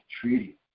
treaty